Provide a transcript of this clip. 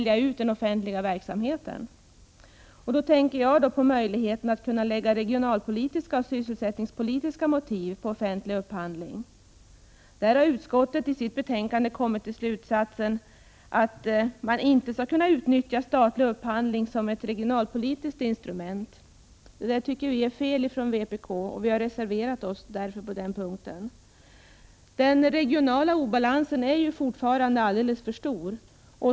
Jag tänker då på möjligheten att lägga regionalpolitiska och sysselsättningspolitiska motiv bakom offentlig upphandling. Utskottet har i betänkandet kommit till slutsatsen att man inte skall kunna utnyttja statlig upphandling som ett regionalpolitiskt instrument. Det tycker vi från vänsterpartiet kommunisterna är fel, och vi har därför reserverat oss på den punkten. Den regionala obalansen är fortfarande alldeles för stor.